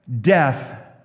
death